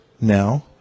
now